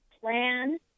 plan